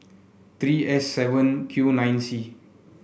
three S seven Q nine C